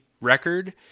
record